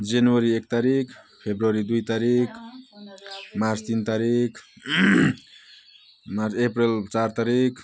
जनवरी एक तारिक फेब्रुअरी दुई तारिक मार्च तिन तारिक मार्च अप्रेल चार तारिक